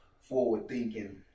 forward-thinking